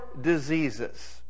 diseases